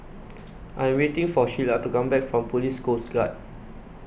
I'm waiting for Shelia to come back from Police Coast Guard